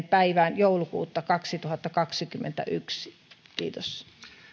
päivään joulukuuta kaksituhattakaksikymmentäyksi kiitos